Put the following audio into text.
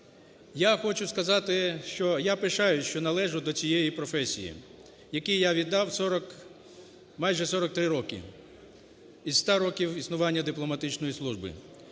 я хочу сказати, що я пишаюсь, що належу до цієї професії, якій я віддав 40... майже 43 роки із 100 років існування дипломатичної служби.